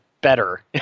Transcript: better